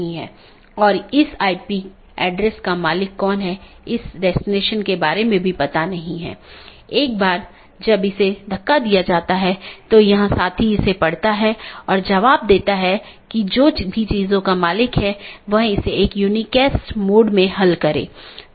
इसलिए चूंकि यह एक पूर्ण मेश है इसलिए पूर्ण मेश IBGP सत्रों को स्थापित किया गया है यह अपडेट को दूसरे के लिए प्रचारित नहीं करता है क्योंकि यह जानता है कि इस पूर्ण कनेक्टिविटी के इस विशेष तरीके से अपडेट का ध्यान रखा गया है